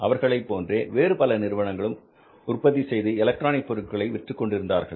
அவர்கள் போன்றே வேறு பல நிறுவனங்களும் உற்பத்தி செய்து எலக்ட்ரானிக் பொருட்களை விற்றுக் கொண்டிருந்தார்கள்